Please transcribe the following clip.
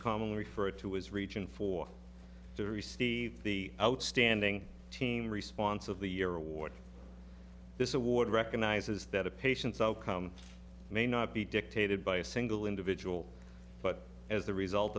commonly referred to as reaching for to receive the outstanding team response of the year award this award recognizes that a patient's outcome may not be dictated by a single individual but as the result